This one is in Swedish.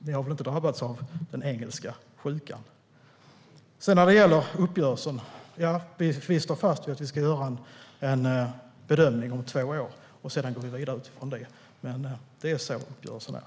Ni har väl inte drabbats av den engelska sjukan? Sedan har vi detta med uppgörelsen. Vi står fast vid att vi ska göra en bedömning om två år, och sedan går vi vidare utifrån det. Det är sådan uppgörelsen är.